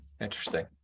Interesting